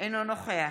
אינו נוכח